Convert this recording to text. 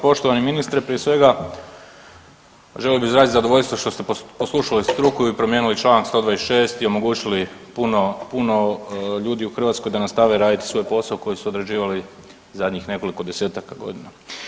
Poštovani ministre prije svega želio bih izraziti zadovoljstvo što ste poslušali struku i promijenili članak 126. i omogućili puno ljudi u Hrvatskoj da nastave raditi svoj posao koji su odrađivali zadnjih nekoliko 10-taka godina.